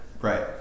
Right